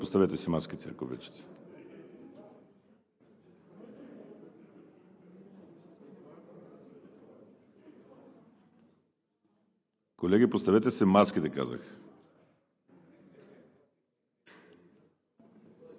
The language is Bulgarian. Моля, поставете си маските, ако обичате. Колеги, поставете си маските, казах.